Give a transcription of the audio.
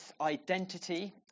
identity